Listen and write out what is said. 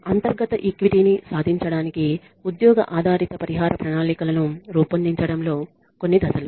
అంతర్గత ఈక్విటీ ని సాధించడానికి ఉద్యోగ ఆధారిత పరిహార ప్రణాళికలను రూపొందించడంలో కొన్ని దశలు